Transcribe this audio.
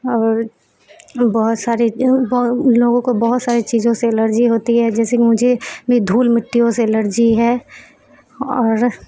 اور بہت سارے لوگوں کو بہت ساری چیزوں سے الرجی ہوتی ہے جیسے مجھے بھی دھول مٹیوں سے الرجی ہے اور